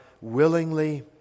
willingly